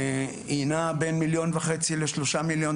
היא נעה בין מיליון וחצי לשלושה מיליון,